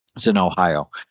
it's in ohio.